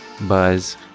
Buzz